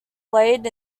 laid